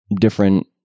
different